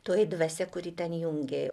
toji dvasia kuri ten jungė